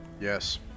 Yes